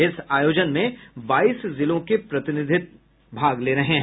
इस आयोजन में बाईस जिलों के प्रतिनिधि भाग ले रहे हैं